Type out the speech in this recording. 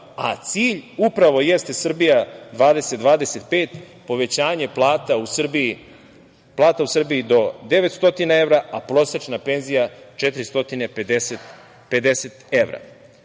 Cilj, upravo jeste Srbija 2020-2025. Povećanje plata u Srbiji do 900%, a prosečna penzija 450 evra. Kako